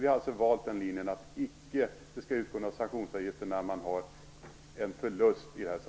Vi har alltså valt linjen att det inte skall utgå några sanktionsavgifer när man i de här sammanhanget har en förlust.